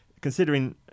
considering